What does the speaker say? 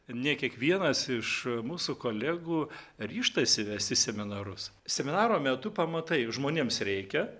ne kiekvienas iš mūsų kolegų ryžtasi vesti seminarus seminaro metu pamatai žmonėms reikia